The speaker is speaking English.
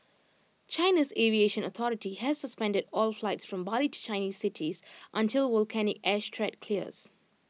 China's aviation authority has suspended all flights from Bali to Chinese cities until volcanic ash threat clears